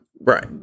right